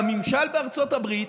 הממשל בארצות הברית,